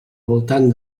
voltant